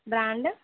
brand